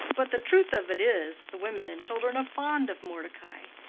but the truth of it is, the women and children are fond of mordecai.